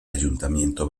ayuntamiento